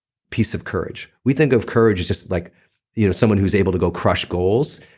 piece of courage we think of courage as just like you know someone who's able to go crush goals,